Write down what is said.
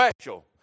special